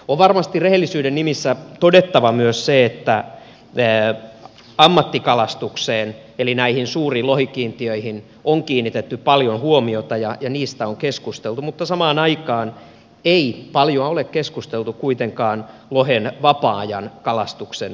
on varmasti rehellisyyden nimissä todettava myös se että ammattikalastukseen eli näihin suuriin lohikiintiöihin on kiinnitetty paljon huomiota ja niistä on keskusteltu mutta samaan aikaan ei paljoa ole keskusteltu kuitenkaan lohen vapaa ajankalastuksen määristä